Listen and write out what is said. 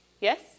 Yes